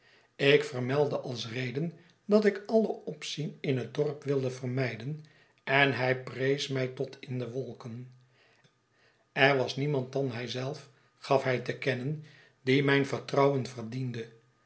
ik vermeldde als reden dat ik alle opzien in het dorp wilde vermijden en hij prees mij tot in de wolken erwasniemand dan hij zelf gaf hij te kennen die mijn vertrouwen verdiende